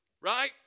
Right